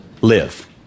live